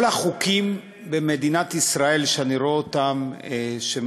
כל החוקים במדינת ישראל שאני רואה שמחוקקים,